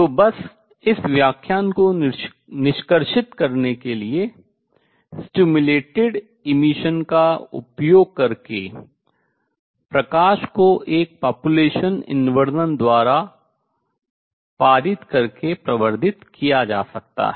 तो बस इस व्याख्यान को निष्कर्षित करने के लिए stimulated emission उद्दीपित उत्सर्जन का उपयोग करके प्रकाश को एक population inversion जनसंख्या व्युत्क्रमण द्वारा पारित गुजार करके प्रवर्धित किया जा सकता है